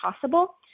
possible